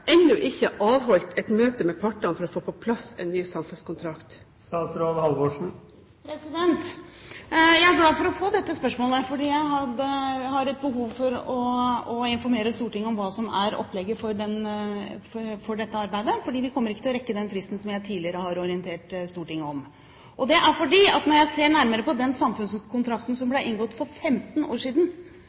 ennå ikke er avholdt et møte med partene for å få på plass en ny samfunnskontrakt? Jeg er glad for å få dette spørsmålet, fordi jeg har behov for å informere Stortinget om opplegget for dette arbeidet. Vi kommer ikke til å rekke det innen den fristen som jeg tidligere har orientert Stortinget om. Det er fordi jeg, etter å ha sett nærmere på den samfunnskontrakten som ble inngått for 15 år siden,